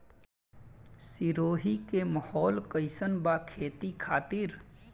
सिरोही के माहौल कईसन बा खेती खातिर?